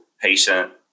patient